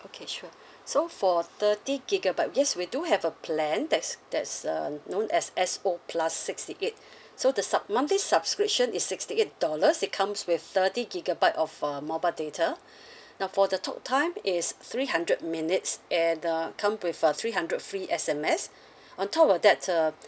okay sure so for thirty gigabyte yes we do have a plan that's that's uh known as S O plus sixty eight so the sub~ monthly subscription is sixty eight dollars it comes with thirty gigabyte of a mobile data now for the talk time is three hundred minutes and uh come with a three hundred free S_M_S on top of that uh